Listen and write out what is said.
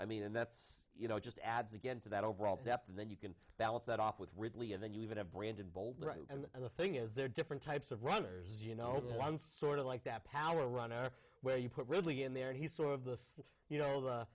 i mean and that's you know just adds again to that overall depth and then you can balance that off with ridley and then you even have branded bolt and the thing is they're different types of runners you know sort of like that power runner where you put ridley in there and he sort of the you know the